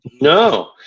No